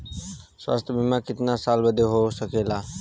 स्वास्थ्य बीमा कितना साल बदे हो सकेला?